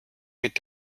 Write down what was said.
mit